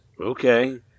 Okay